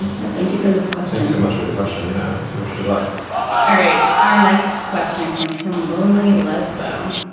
and yeah. thank you for this question. so much for the question. yeah we wish you luck all right. our next question comes from lonely lesbo.